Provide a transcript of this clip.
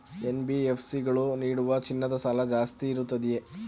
NBFC ಗಳು ನೀಡುವ ಚಿನ್ನದ ಸಾಲ ಜಾಸ್ತಿ ಇರುತ್ತದೆಯೇ?